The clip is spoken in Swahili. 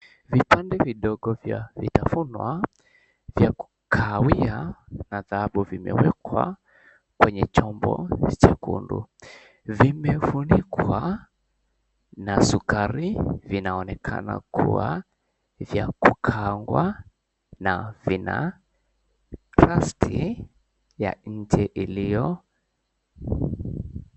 Vipande vidogo vya vitafunwa vya kahawia na dhahabu vimewekwa kwenye chombo chekundu. Vimefunikwa na sukari, vinaonekana kuwa vya kukaangwa na vina trust ya nje iliyo...